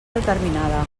determinada